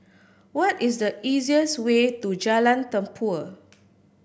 what is the easiest way to Jalan Tempua